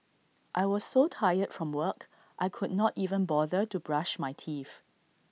I was so tired from work I could not even bother to brush my teeth